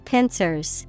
Pincers